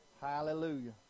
Hallelujah